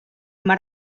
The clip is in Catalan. mar